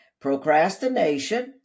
Procrastination